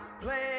play